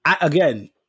Again